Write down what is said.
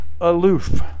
aloof